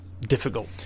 difficult